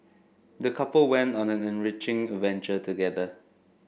the couple went on an enriching adventure together